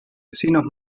vecinos